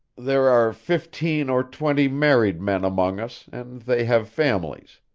there are fifteen or twenty married men among us and they have families.